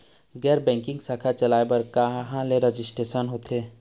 गैर बैंकिंग शाखा चलाए बर कहां ले रजिस्ट्रेशन होथे?